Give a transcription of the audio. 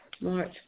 March